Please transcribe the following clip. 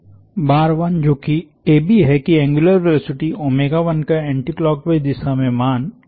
बार 1 जो कि AB है की एंग्युलर वेलोसिटी का एंटीक्लॉकवाईस दिशा में मान दिया गया है